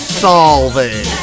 solving